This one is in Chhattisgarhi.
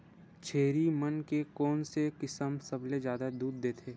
छेरी मन के कोन से किसम सबले जादा दूध देथे?